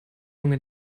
junge